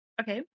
Okay